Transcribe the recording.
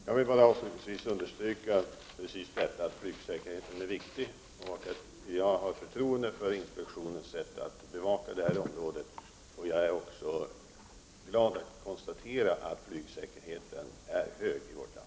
Fru talman! Jag vill avslutningsvis bara understryka att flygsäkerheten självfallet är viktig och att jag har förtroende för inspektionens sätt att bevaka detta område. Jag är också glad att kunna konstatera att flygsäkerheten i vårt land är hög.